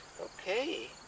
okay